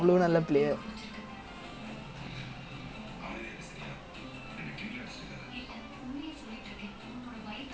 wait maybe நா நினைக்குற நேத்தைக்கு:naa ninnaikkura nethaikku like they said they don't have wingers that's why they played played err vernon and harvad winger